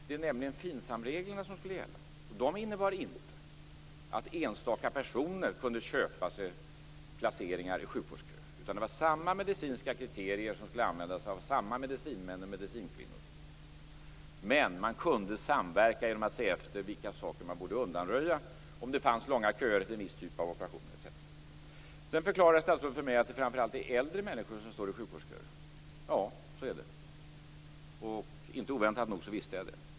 Det är nämligen FINSAM-reglerna som skulle gälla, och de innebar inte att enstaka personer kunde köpa sig placeringar i sjukvårdsköer, utan det var samma medicinska kriterier som skulle användas av samma medicinmän och medicinkvinnor. Men man kunde samverka genom att se efter vilka saker som man borde undanröja om det fanns långa köer till en viss typ av operationer etc. Sedan förklarade statsrådet för mig att det framför allt är äldre människor som står i sjukvårdsköer. Ja, så är det. Inte oväntat så visste jag det.